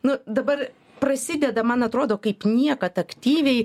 nu dabar prasideda man atrodo kaip niekad aktyviai